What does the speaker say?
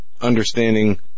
understanding